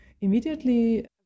immediately